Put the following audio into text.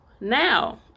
now